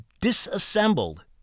disassembled